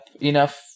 enough